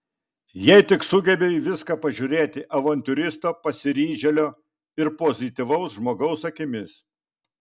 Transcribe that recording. jei tik sugebi į viską pažiūrėti avantiūristo pasiryžėlio ir pozityvaus žmogaus akimis